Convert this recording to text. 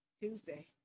Tuesday